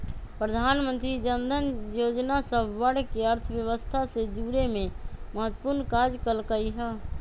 प्रधानमंत्री जनधन जोजना सभ वर्गके अर्थव्यवस्था से जुरेमें महत्वपूर्ण काज कल्कइ ह